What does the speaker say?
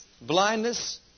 blindness